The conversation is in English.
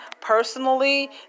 personally